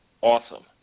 awesome